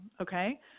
okay